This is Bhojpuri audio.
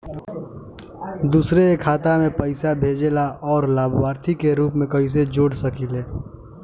दूसरे के खाता में पइसा भेजेला और लभार्थी के रूप में कइसे जोड़ सकिले?